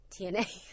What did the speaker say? TNA